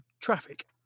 traffic